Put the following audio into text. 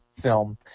film